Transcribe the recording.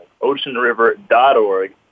oceanriver.org